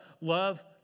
Love